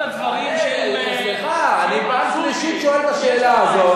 יש לך הסבר למה זה קורה?